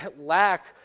lack